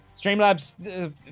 Streamlabs